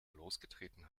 losgetreten